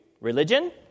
Religion